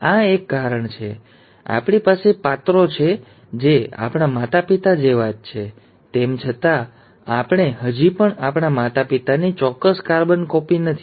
અને આ એક કારણ છે કે આપણી પાસે પાત્રો છે જે આપણા માતાપિતા જેવા જ છે તેમ છતાં આપણે હજી પણ આપણા માતાપિતાની ચોક્કસ કાર્બન કોપી નથી